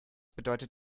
bedeutet